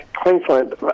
Queensland